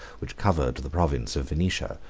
which covered the province of venetia,